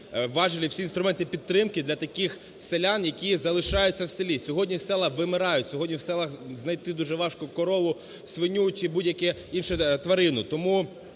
важелі, всі інструменти підтримки для таких селян, які залишаються в селі. Сьогодні села вимирають, сьогодні в селах знайти дуже важко корову, свиню чи будь-яку іншу тварину.